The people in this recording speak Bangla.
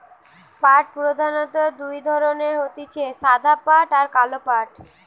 পাট প্রধানত দুই ধরণের হতিছে সাদা পাট আর কালো পাট